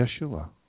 Yeshua